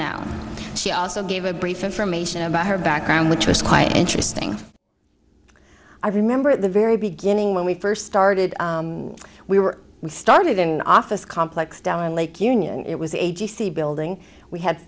now she also gave a brief information about her background which was quite interesting i remember at the very beginning when we first started we were we started an office complex down in lake union it was a g c building we had